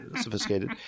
sophisticated